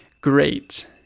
great